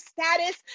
status